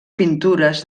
pintures